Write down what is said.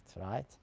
right